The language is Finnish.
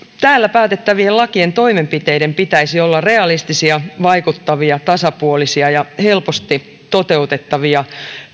täällä päätettävien lakien toimenpiteiden pitäisi olla realistisia vaikuttavia tasapuolisia ja helposti toteutettavia